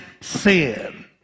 sin